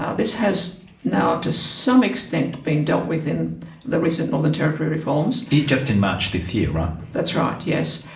ah this has now to some extent been dealt with in the recent northern territory reforms. just in march this year, right? that's right, yes.